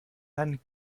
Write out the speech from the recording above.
then